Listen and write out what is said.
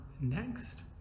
next